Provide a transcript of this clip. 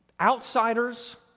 outsiders